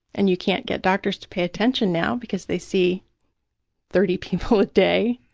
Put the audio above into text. and you can't get doctors to pay attention now because they see thirty people a day,